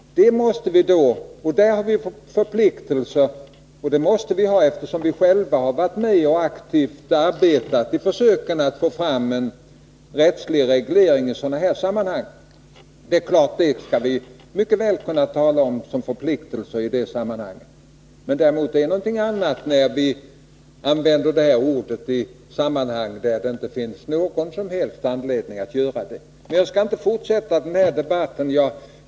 79 Där har vi förpliktelser, och det måste vi ha, eftersom vi själva har varit med och aktivt arbetat för att få fram en rättslig reglering i sådana här sammanhang. Det kan vi mycket väl tala om som förpliktelser, men det är någonting annat än att använda ordet i sammanhang där det inte finns någon som helst anledning att göra det. Jag skall inte fortsätta den här debatten.